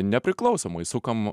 nepriklausomai sukam